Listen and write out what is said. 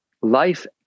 Life